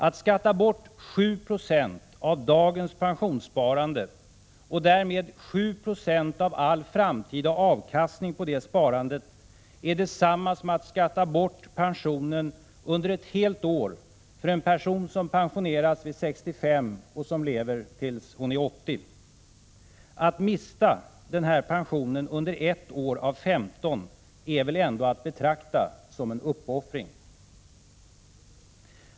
Att skatta bort 7 26 av dagens pensionssparande och därmed 7 90 av all framtida avkastning på det sparandet är detsamma som att skatta bort pensionen under ett helt år för en person som pensioneras vid 65 och lever tills hon är 80. Att mista den här pensionen under ett år av femton är väl ändå att betrakta som en uppoffring.